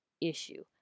issue